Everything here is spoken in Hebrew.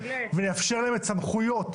ולאפשר להם סמכויות,